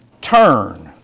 Turn